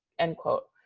end quote.